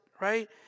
right